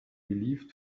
relieved